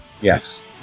Yes